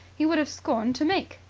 he would have scorned to make.